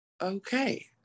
okay